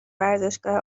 ورزشگاه